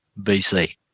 BC